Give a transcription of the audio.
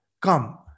come